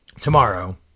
tomorrow